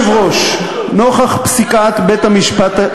אדוני היושב-ראש, נוכח פסיקת בית-המשפט,